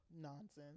Nonsense